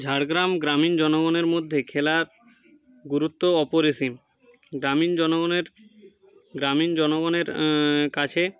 ঝাড়গ্রাম গ্রামীণ জনগণের মধ্যে খেলার গুরুত্ব অপরিসীম গ্রামীণ জনগণের গ্রামীণ জনগণের কাছে